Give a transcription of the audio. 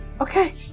Okay